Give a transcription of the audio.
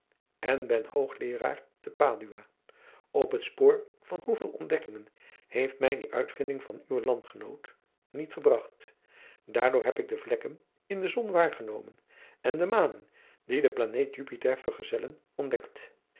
en ben hoogleeraar te padua op het spoor van hoeveel ontdekkingen heeft mij die uitvinding van uwen landgenoot niet gebragt daardoor heb ik de vlekken in de zon waargenomen en de manen die de planeet jupiter vergezellen ontdekt